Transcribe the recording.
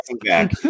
back